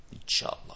Inshallah